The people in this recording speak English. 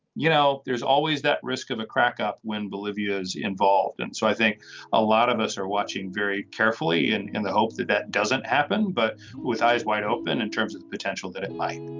you know there's always that risk of a crackup when bolivia is involved and so i think a lot of us are watching very carefully in in the hope that that doesn't happen but with eyes wide open in terms of the potential that it might